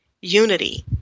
Unity